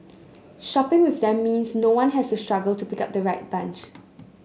shopping with them means no one has to struggle to pick the right bunch